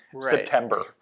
September